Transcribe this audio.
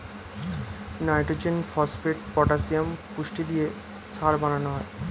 nitrogen, phosphate, potassium পুষ্টি দিয়ে সার বানানো হয়